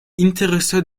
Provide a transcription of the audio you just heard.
interesse